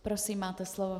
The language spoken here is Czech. Prosím, máte slovo.